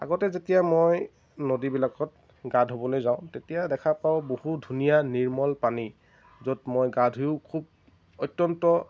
আগতে যেতিয়া মই নদীবিলাকত গা ধুবলৈ যাওঁ তেতিয়া দেখা পাওঁ বহু ধুনীয়া নিৰ্মল পানী য'ত মই গা ধুই খুব অত্যন্ত